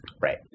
Right